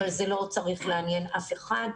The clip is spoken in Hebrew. אבל זה לא צריך לעניין אף אחד.